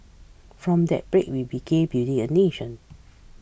from that break we began building a nation